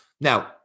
Now